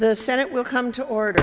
the senate will come to order